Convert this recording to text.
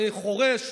אני חורש,